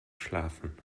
schlafen